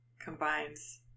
combines